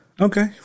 Okay